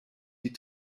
die